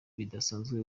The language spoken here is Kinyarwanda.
bidasanzwe